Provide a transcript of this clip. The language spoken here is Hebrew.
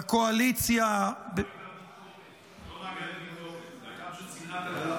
בקואליציה ------ לא מעבירי ביקורת --- שנאת אדם.